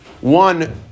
one